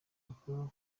bakuru